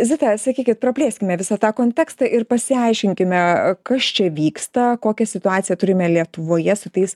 zita sakykit praplėskime visą tą kontekstą ir pasiaiškinkime kas čia vyksta kokią situaciją turime lietuvoje su tais